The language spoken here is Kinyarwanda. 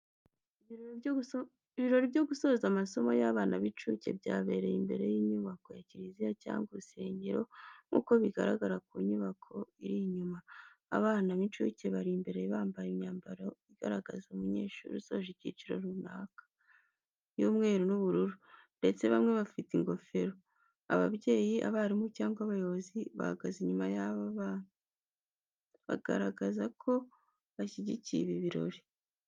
Ibirori byo gusoza amasomo y'abana b'inshuke byabereye imbere y’inyubako ya kiriziya cyangwa urusengero, nk'uko bigaragarira ku nyubako iri inyuma. Abana b’inshuke bari imbere bambaye imyambaro igaragaza umunyeshuri usoje icyiciro runaka, y’umweru n’ubururu, ndetse bamwe bafite ingofero. Ababyeyi, abarimu cyangwa abayobozi bahagaze inyuma y'aba bana, bagaragaza ko bashyigikiye ibi birori.